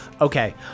Okay